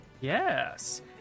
yes